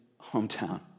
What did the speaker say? hometown